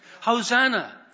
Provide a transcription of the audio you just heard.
Hosanna